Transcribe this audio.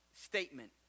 statement